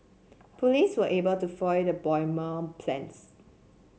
police were able to foil the bomber plans